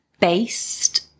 Based